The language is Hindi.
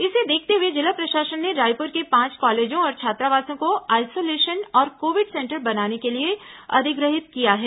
इसे देखते हुए जिला प्रशासन ने रायपुर के पांच कॉलेजों और छात्रावासों को आइसोलेशन और कोविड सेंटर बनाने के लिए अधिग्रहित किया है